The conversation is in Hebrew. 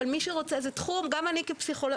אבל זה תחום גם אני כפסיכולוגית,